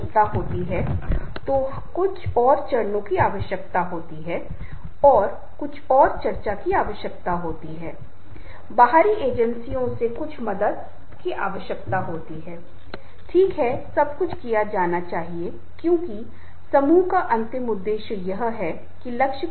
यदि लोग उनके पास जा रहे हैं और केवल समस्याओं के साथ जा रहे है तो निश्चित रूप से वह सुनेंगे और यह भी कोशिश करेंगे और कहेंगे की हां दोस्तों जो ठीक है यह अच्छा है लेकिन हमें बताएं हमें समझने की कोशिश करें हमें प्रयास करें पता लगाना है की क्या समस्या है